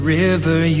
river